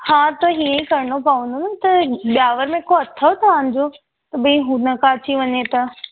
हा त हीअं ई करिणो पवंदो न त ब्यावर में को अथव तव्हांजो भई हुन खां अची वञे त